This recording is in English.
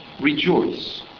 rejoice